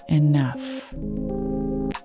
enough